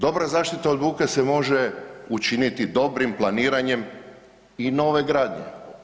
Dobra zaštita od buke se može učiniti dobrim planiranjem i nove gradnje.